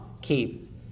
keep